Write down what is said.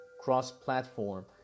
cross-platform